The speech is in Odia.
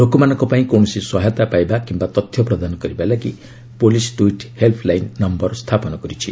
ଲୋକମାନଙ୍କ ପାଇଁ କୌଣସି ସହାୟତା ପାଇବା କିମ୍ବା ତଥ୍ୟ ପ୍ରଦାନ କରିବା ଲାଗି ପୁଲିସ ଦୁଇଟି ହେଲ୍ସଲାଇନ୍ ନମ୍ଘର ସ୍ଥାପନ କରିଛି